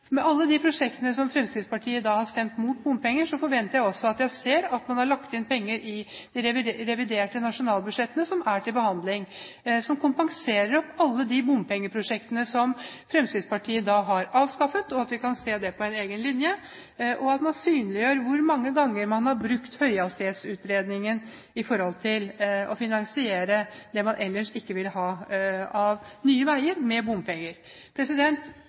I alle de prosjektene der Fremskrittspartiet har stemt imot bompenger, forventer jeg også å se at de har lagt inn penger i de reviderte nasjonalbudsjettene som er til behandling, som kompenserer for alle de prosjektene som Fremskrittspartiet har avskaffet, at vi kan se det på en egen linje, og at man synliggjør hvor mange ganger man har brukt opp pengene flertallet ønsket å bruke til utredning av høyhastighetsbane, til å finansiere med bompenger det man ellers ikke ville ha av nye veier.